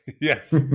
Yes